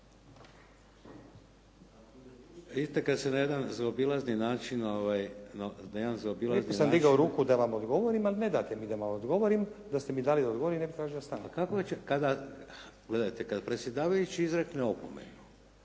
Vidite kad se na jedan zaobilazni način …… /Upadica: Lijepo sam digao ruku da vam odgovorim ali ne date mi da odgovorim. Da ste mi dali da odgovorim ne bih tražio stanku./ … Kako će, kada, gledajte kada predsjedavajući izrekne opomenu